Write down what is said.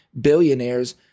billionaires